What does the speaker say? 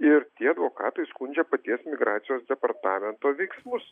ir tie advokatai skundžia paties migracijos departamento veiksmus